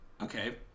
Okay